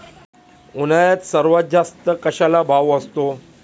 उन्हाळ्यात सर्वात जास्त कशाला भाव असतो?